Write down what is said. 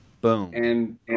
Boom